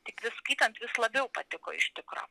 tik vis skaitant vis labiau patiko iš tikro